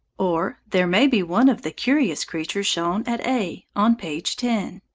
or there may be one of the curious creatures shown at a, on page ten.